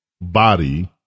body